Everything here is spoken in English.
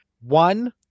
One